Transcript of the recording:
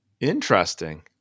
interesting